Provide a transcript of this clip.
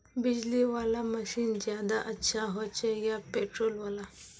बिजली वाला मशीन ज्यादा अच्छा होचे या पेट्रोल वाला?